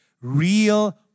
real